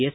S